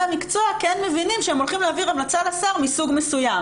המקצוע כן מבינים שהם הולכים להעביר לשר המלצה מסוג מסוים.